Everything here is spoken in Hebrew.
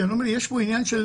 אני אומר, יש פה עניין של